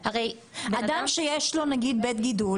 אדם שיש לו בית גידול,